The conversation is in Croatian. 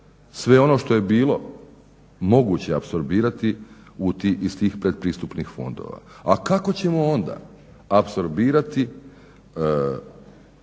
sve ono što je bilo moguće apsorbirati iz tih pretpristupnih fondova. A kako ćemo onda apsorbirati